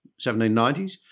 1790s